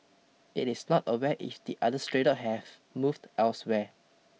it is not aware if the other stray dog have moved elsewhere